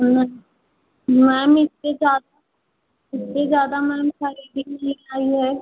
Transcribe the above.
हाँ मैम इससे ज़्यादा इससे ज़्यादा मैम का ये भी लाई हूँ